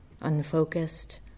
unfocused